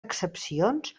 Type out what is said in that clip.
excepcions